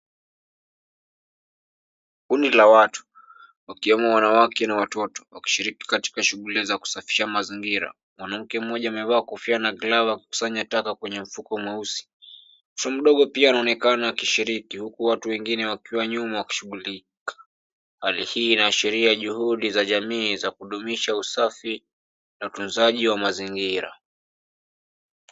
Kundi la watu wakiwemo wanawake na watoto wakishiriki katika shughuli za kusafisha mazingira. Mwanamke mmoja amevaa kofia glavu ya kukusanya taka kwenye mfuko mweusi mtoto mdogo pia anaonekana akishiriki huku watu wengine wakiwa nyuma wakishughulika. Hali hii inaashiria juudi za jamii za kudumisha usafi na utunzaji wa mazingira.